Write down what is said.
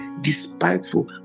despiteful